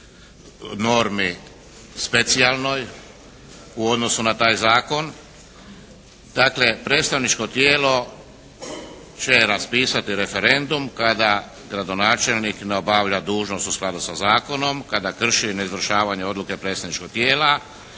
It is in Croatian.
normi specijalnoj u odnosu na taj zakon. Dakle, predstavničko tijelo će raspisati referendum kada gradonačelnik ne obavlja dužnost u skladu sa zakonom, kada krši neizvršavanje odluke predstavničkog tijela